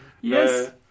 Yes